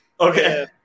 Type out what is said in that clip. Okay